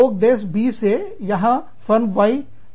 लोग देश B से यहां फर्म Y आ रहे हैं